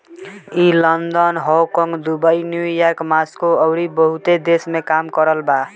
ई London, Hong Kong, Dubai, New York, Moscow अउरी बहुते देश में काम कर रहल बा